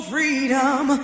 Freedom